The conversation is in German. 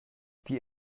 die